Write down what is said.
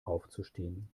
aufzustehen